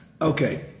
Okay